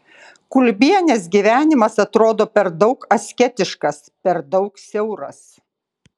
kulbienės gyvenimas atrodo per daug asketiškas per daug siauras